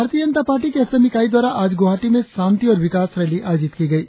भारतीय जनता पार्टी की असम इकाई द्वारा आज गुवाहाटी में शांति और विकास रैली आयोजित की गयी